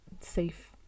safe